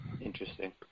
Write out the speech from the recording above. Interesting